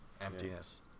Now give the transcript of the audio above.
Emptiness